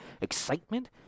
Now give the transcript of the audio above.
excitement